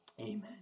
Amen